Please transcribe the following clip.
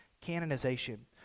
Canonization